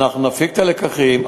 אנחנו נפיק את הלקחים.